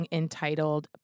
entitled